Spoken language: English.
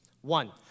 One